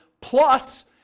plus